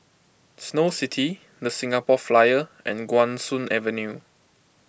Snow City the Singapore Flyer and Guan Soon Avenue